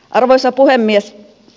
arvoisa puhemies